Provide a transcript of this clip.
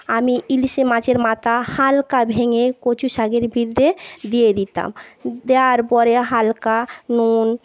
আমি ইলিশ মাছের মাথা হালকা ভেঙে কচু শাকের ভিতরে দিয়ে দিতাম দেওয়ার পরে হালকা নুন